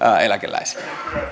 eläkeläisellä